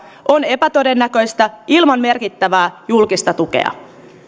on epätodennäköistä ilman merkittävää julkista tukea